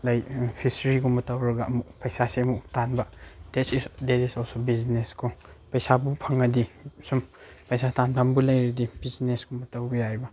like ꯐꯤꯁꯁ꯭ꯔꯤꯒꯨꯝꯕ ꯇꯧꯔꯒ ꯑꯃꯨꯛ ꯄꯩꯁꯥꯁꯦ ꯑꯃꯨꯛ ꯇꯥꯟꯕ ꯗꯦꯠ ꯏꯁ ꯑꯣꯜꯁꯣ ꯕꯤꯖꯤꯅꯦꯁ ꯀꯣ ꯄꯩꯁꯥꯕꯨ ꯐꯪꯉꯗꯤ ꯁꯨꯝ ꯄꯩꯁꯥ ꯇꯥꯟꯐꯝꯕꯨ ꯂꯩꯔꯗꯤ ꯕꯤꯖꯤꯅꯦꯁꯀꯨꯝꯕ ꯇꯧꯕ ꯌꯥꯏꯕ